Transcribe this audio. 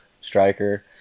striker